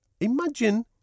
Imagine